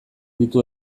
ditu